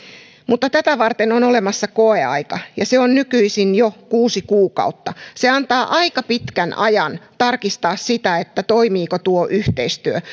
mutta tätä varten on olemassa koeaika ja se on nykyisin jo kuusi kuukautta se antaa aika pitkän ajan tarkistaa sitä toimiiko tuo yhteistyö